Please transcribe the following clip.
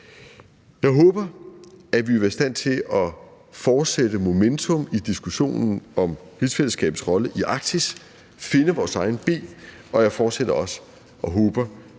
Jeg håber, at vi vil være i stand til at fortsætte momentum i diskussionen om rigsfællesskabets rolle i Arktis, finde vores egne ben, og jeg håber også,